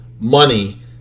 money